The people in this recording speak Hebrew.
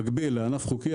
במקביל לענף חוקי.